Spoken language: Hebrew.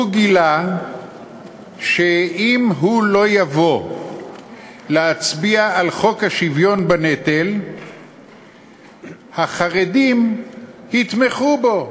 הוא גילה שאם הוא לא יבוא להצביע על חוק השוויון בנטל החרדים יתמכו בו.